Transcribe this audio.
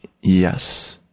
yes